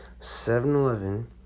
7-Eleven